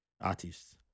artists